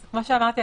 כמו שאמרתי,